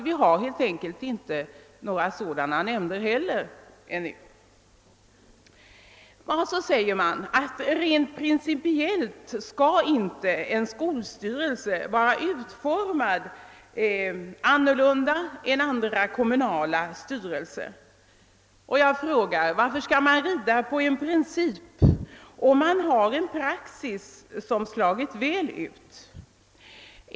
Vi har helt enkelt ännu inte några sådana nämnder heller. Sedan säger man att rent principiellt skall inte en skolstyrelse vara utformad annorlunda än andra kommunala styrelser. Jag frågar: Varför skall man rida på en princip, om man har en praxis som slagit väl ut?